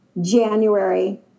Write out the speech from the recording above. January